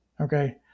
Okay